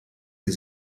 sie